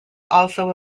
also